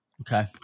Okay